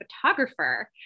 photographer